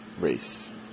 race